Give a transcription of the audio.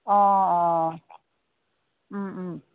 অঁ অঁ